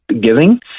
giving